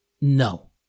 No